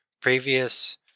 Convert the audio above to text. previous